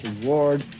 reward